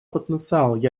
потенциал